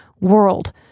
world